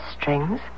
strings